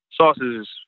sauces